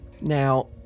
Now